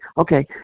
Okay